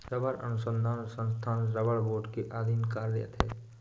रबड़ अनुसंधान संस्थान रबड़ बोर्ड के अधीन कार्यरत है